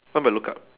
what will look up